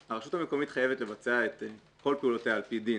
הרשות המקומית חייבת לבצע את כל פעולותיה על פי דין,